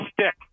stick